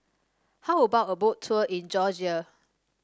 how about a Boat Tour in Georgia